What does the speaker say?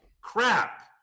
crap